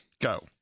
Go